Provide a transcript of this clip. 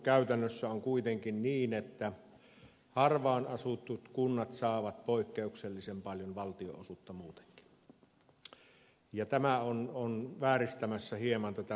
käytännössä on kuitenkin niin että harvaanasutut kunnat saavat poikkeuksellisen paljon valtionosuutta muutenkin ja tämä on vääristämässä hieman tätä rahoituspohjaa